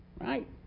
right